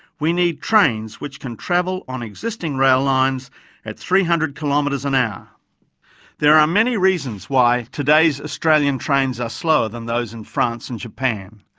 we need trains which can travel on existing rail lines at three hundred kilometres per there are many reasons why today's australian trains are slower than those in france and japan,